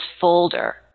folder